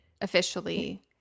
officially